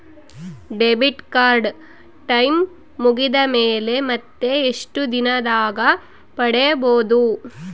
Debit card time ಮುಗಿದ ಮೇಲೆ ಮತ್ತೆ ಎಷ್ಟು ದಿನದಾಗ ಪಡೇಬೋದು?